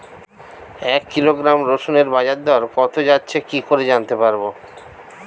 এক কিলোগ্রাম রসুনের বাজার দর কত যাচ্ছে কি করে জানতে পারবো?